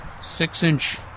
six-inch